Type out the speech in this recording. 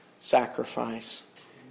sacrifice